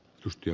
tässä